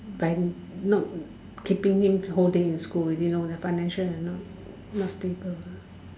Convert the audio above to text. by not keeping him whole day in school already know the financial you know not stable ah